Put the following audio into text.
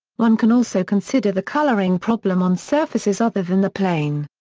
one can also consider the coloring problem on surfaces other than the plane.